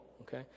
okay